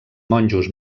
monjos